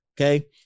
Okay